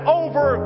over